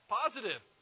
positive